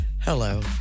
Hello